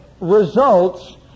results